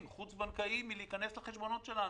חוץ-בנקאיים מלהיכנס לחשבונות שלנו.